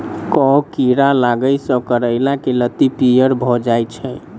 केँ कीड़ा लागै सऽ करैला केँ लत्ती पीयर भऽ जाय छै?